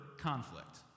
conflict